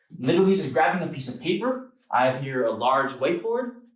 literally just grabbing a piece of paper i have here a large whiteboard.